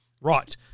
Right